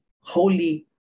Holy